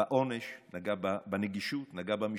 נגע בעונש, נגע בנגישות, נגע במשפחות,